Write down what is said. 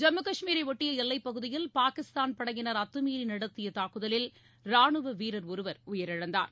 ஜம்மு கஷ்மீரை ஒட்டிய எல்லைப்பகுதியில் பாகிஸ்தான் படையினர் அத்தமீறி நடத்திய தாக்குதலில் ராணுவ வீரர் ஒருவர் உயிரிழந்தார்